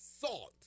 salt